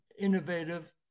innovative